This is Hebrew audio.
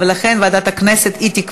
וכעת אנחנו